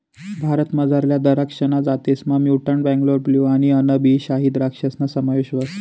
भारतमझारल्या दराक्षसना जातीसमा म्युटंट बेंगलोर ब्लू आणि अनब ई शाही द्रक्षासना समावेश व्हस